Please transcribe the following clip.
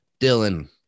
Dylan